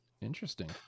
Interesting